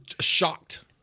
shocked